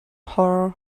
horror